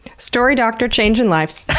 story doctor changing lives,